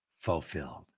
fulfilled